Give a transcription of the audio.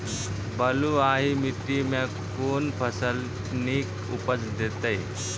बलूआही माटि मे कून फसल नीक उपज देतै?